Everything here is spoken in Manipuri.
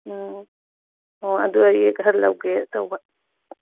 ꯎꯝ ꯑꯣ ꯑꯗꯨ ꯑꯩ ꯈꯔꯥ ꯂꯧꯒꯦ ꯇꯧꯕ